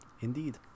Indeed